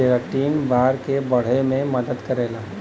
keratin बार के बढ़े में मदद करेला